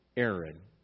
Aaron